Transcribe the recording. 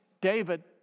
David